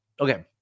Okay